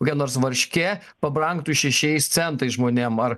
kokia nors varškė pabrangtų šešiais centais žmonėm ar